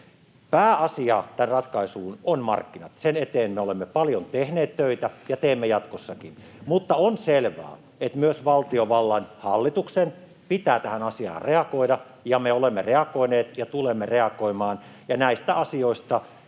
Pääasia tämän ratkaisuun ovat markkinat. Sen eteen me olemme paljon tehneet töitä ja teemme jatkossakin, [Perussuomalaisten ryhmästä: Mitä?] mutta on selvää, että myös valtiovallan, hallituksen, pitää tähän asiaan reagoida. Ja me olemme reagoineet ja tulemme reagoimaan, ja näistä asioista